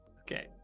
Okay